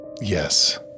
Yes